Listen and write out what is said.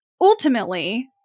ultimately